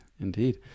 indeed